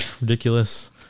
ridiculous